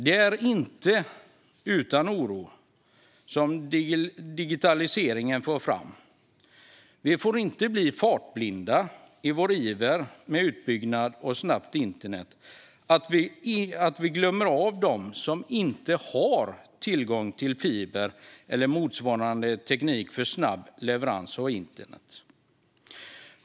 Det är inte utan oro som digitaliseringen far fram. Vi får inte bli så fartblinda i vår iver med utbyggnaden av snabbt internet att vi glömmer dem som inte har tillgång till fiber eller motsvarande teknik för snabb leverans av internet.